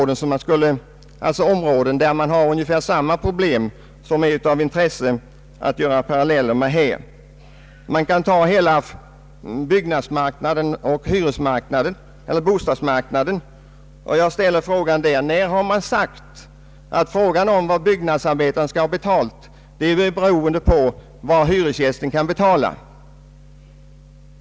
Det finns många områden med ungefär samma problem som det är intressant att göra jämförelser med. Man kan ta bostadsmarknaden och fråga: När har någon sagt att frågan om vad byggnadsarbetaren skall ha betalt får avgöras med hänsyn till vad hyresgästen kan betala?